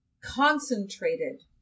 Concentrated